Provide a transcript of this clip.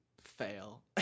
fail